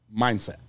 Mindset